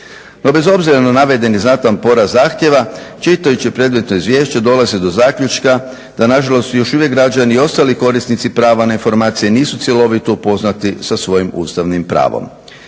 No, bez obzira na navedeni znatan porast zahtjeva čitajući predmetno izvješće dolazi do zaključka da na žalost još uvijek građani i ostali korisnici prava na informacije nisu cjelovito upoznati sa svojim ustavnim pravom.